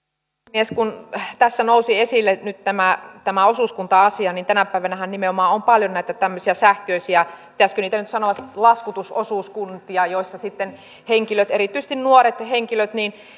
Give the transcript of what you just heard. puhemies kun tässä nousi esille nyt tämä tämä osuuskunta asia niin tänä päivänähän nimenomaan on paljon näitä tämmöisiä sähköisiä pitäisikö nyt sanoa laskutusosuuskuntia joissa sitten henkilöt erityisesti nuoret henkilöt